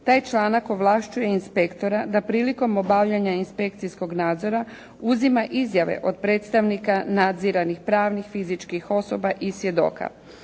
taj članak ovlašćuje inspektora da prilikom obavljanja inspekcijskog nadzora uzima izjave od predstavnika nadziranih pravnih fizičkih osoba i svjedoka.